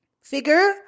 figure